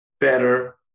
better